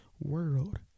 world